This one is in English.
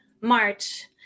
March